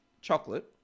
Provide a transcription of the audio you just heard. chocolate